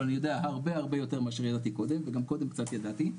אבל אני יודע הרבה יותר מאשר מה שידעתי קודם וגם קודם קצת ידעתי.